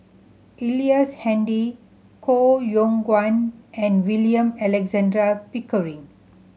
Ellice Handy Koh Yong Guan and William Alexander Pickering